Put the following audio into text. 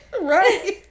Right